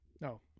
No